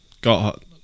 Got